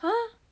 !huh!